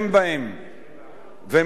והן לא קיימות רק ברחוב היהודי,